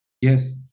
yes